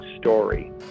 story